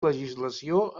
legislació